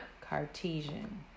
Cartesian